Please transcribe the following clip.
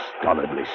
stolidly